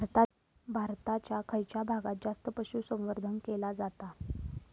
भारताच्या खयच्या भागात जास्त पशुसंवर्धन केला जाता?